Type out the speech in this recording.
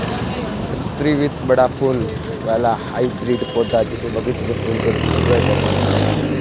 स्रीवत बड़ा फूल वाला हाइब्रिड पौधा, जिसे बगीचे के फूल के रूप में उगाया जाता है